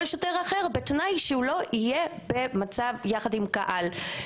שוטר אחר בתנאי שהוא לא יהיה במצב יחד עם קהל.